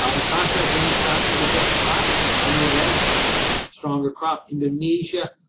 ah in contrast, ending stocks are projected higher. bangladesh, a stronger crop. indonesia,